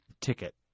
ticket